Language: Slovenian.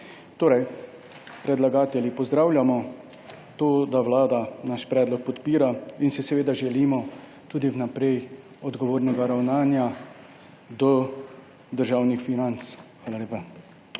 Predlagatelji pozdravljamo, da Vlada naš predlog podpira in si želimo tudi vnaprej odgovornega ravnanja do državnih financ. Hvala lepa.